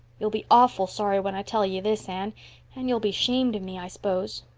you'll be awful sorry when i tell you this, anne and you'll be shamed of me, i s'pose.